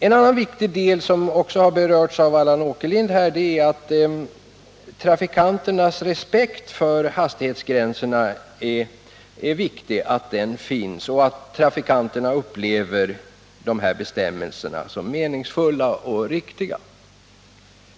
En annan viktig faktor, som har berörts av Allan Åkerlind, är trafikanternas respekt för hastighetsgränserna och om trafikanterna upplever bestämmelserna som meningsfulla och riktiga.